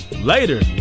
later